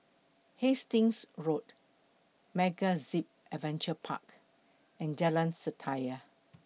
Hastings Road MegaZip Adventure Park and Jalan Setia